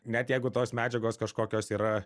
net jeigu tos medžiagos kažkokios yra